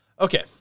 Okay